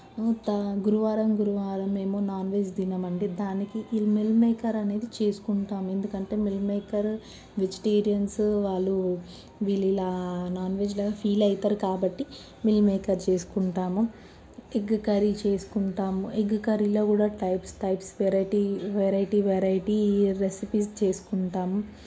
ఇంకా గురువారం గురువారం మేము నాన్ వెజ్ తినము అండి దానికి ఈ మిల్ మేకర్ అనేది చేసుకుంటాము ఎందుకంటే మిల్ మేకర్ వెజిటేరియన్స్ వాళ్ళు వీళ్లు ఇలా నాన్వెజ్ లాగా ఫీల్ అవుతారు కాబట్టి మిల్ మేకర్ చేసుకుంటాము ఎగ్ కర్రీ చేసుకుంటాము ఎగ్ కర్రీలో కూడా types types variety variety variety recipes చేసుకుంటాము